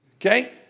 Okay